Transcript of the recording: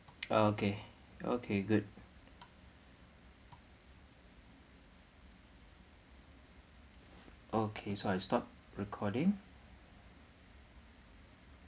okay okay good okay so I stop recording